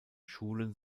schulen